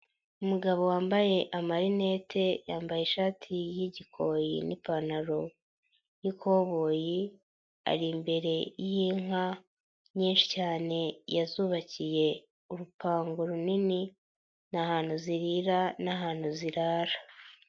Umugabo wambaye amarinete, yambaye ishati y'igikori n'ipantaro y'ikoboyi, ari imbere y'inka nyinshi cyane, yazubakiye urupango runini, ni ahantu zirira n'ahantu zirara.